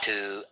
Two